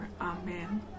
Amen